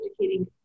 educating